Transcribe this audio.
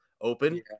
open